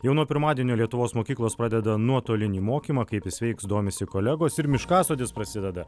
jau nuo pirmadienio lietuvos mokyklos pradeda nuotolinį mokymą kaip jis veiks domisi kolegos ir miškasodis prasideda